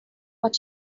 what